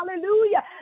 hallelujah